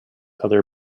other